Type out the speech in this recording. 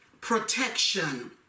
protection